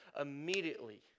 immediately